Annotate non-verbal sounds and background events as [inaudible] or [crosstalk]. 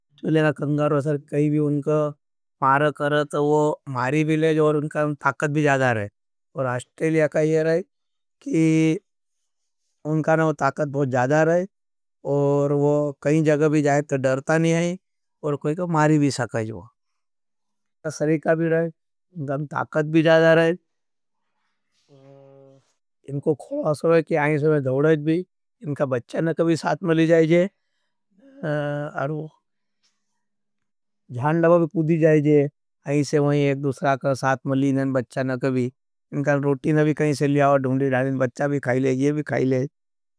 कनगरवसर कहीं वी उनका पारकर तो वो मारी बिलेज और उनका ताकत भी ज़्यादा रहे। और अस्टेलिया का ये रहे की [hesitation] उनका न वो ताकत बहुत ज़्यादा रहे [noise] और वो कहीं जगग भी जाये तो डरता नहीं है। और कोई को मारी [hesitation] भी सकेज वो सरीका भी रहे उनका ताकत भी ज़्यादा रहे उनको खोड़ा सवहे की आईंसे वे धवडज भी। उनका बच्चा न कभी साथ मली जायेजे जहान डबबे पूदी जायेजे आईंसे वोही [hesitation] एक दुसरा कर साथ मली न बच्चा न कभी उनका रोटी न भी कहीं से लिया। और दुन्दी रहें बच्चा भी खाई लेगे ये भी खाई लेगे।